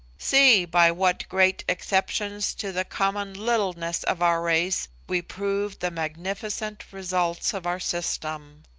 see by what great exceptions to the common littleness of our race we prove the magnificent results of our system